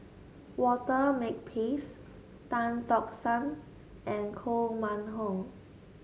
Walter Makepeace Tan Tock San and Koh Mun Hong